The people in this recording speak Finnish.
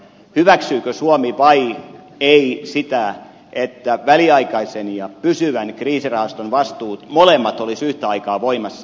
hyväksyykö suomi vai ei sitä että väliaikaisen ja pysyvän kriisirahaston vastuut molemmat olisivat yhtä aikaa voimassa